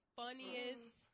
funniest